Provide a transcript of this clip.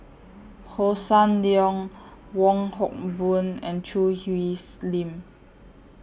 Hossan Leong Wong Hock Boon and Choo Hwee Slim